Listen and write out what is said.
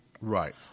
Right